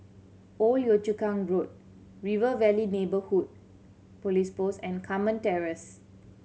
Old Yio Chu Kang Road River Valley Neighbourhood Police Post and Carmen Terrace